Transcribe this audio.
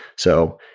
so,